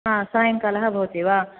आ सायङ्कालः भवति वा